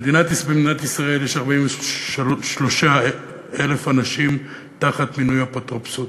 במדינת ישראל יש 43,000 אנשים תחת מינוי אפוטרופסות,